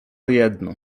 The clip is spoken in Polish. jedno